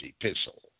epistle